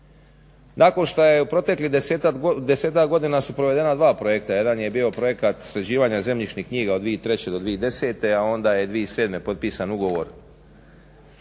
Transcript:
Nakon što je u proteklih desetak godina su provedena dva projekta. Jedan je bio projekat sređivanja zemljišnih knjiga od 2003.do 2010., a onda je 2007.potpisan ugovor